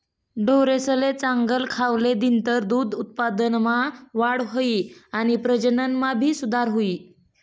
ढोरेसले चांगल खावले दिनतर दूध उत्पादनमा वाढ हुई आणि प्रजनन मा भी सुधार हुई